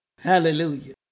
Hallelujah